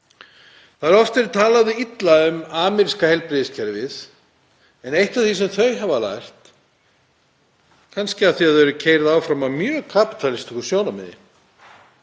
Það hefur oft verið talað illa um ameríska heilbrigðiskerfið, en eitt af því sem fólk þar hefur lært, kannski af því að þau eru keyrð áfram af mjög kapítalísku sjónarmiði,